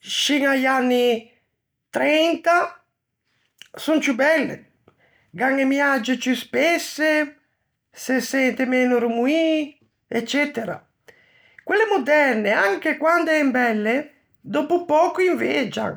scin a-i anni '30, son ciù belle, gh'an e miage ciù spesse, se sente meno rumoî, eccetera. Quelle moderne, anche quande en belle, dòppo pöco invegian.